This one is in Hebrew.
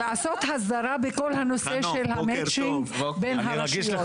אני חושבת שהגיע הזמן לעשות הסדרה בכל הנושא של המצ'ינג בין הרשויות.